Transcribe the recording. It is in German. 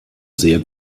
sehr